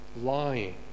lying